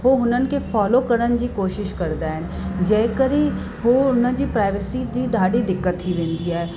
हो हुननि खे फ़ॉलो करण जी कोशिशि कंदा आहिनि जंहिं करे हू हुनजी प्राइवेसी जी ॾाढी दिक़त थी वेंदी आहे